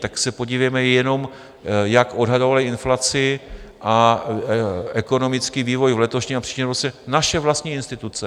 Tak se podívejme jenom, jak odhadovali inflaci a ekonomický vývoj v letošním a v příštím roce naše vlastní instituce.